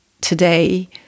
today